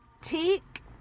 Teak